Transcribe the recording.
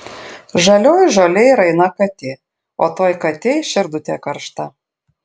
žalioj žolėj raina katė o toj katėj širdutė karšta